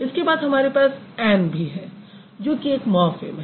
इसके बाद हमारे पास ऐन भी है जो कि एक मॉर्फ़िम है